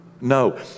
no